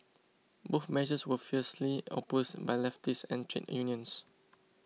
both measures were fiercely opposed by leftists and trade unions